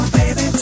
baby